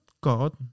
God